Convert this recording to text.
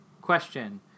Question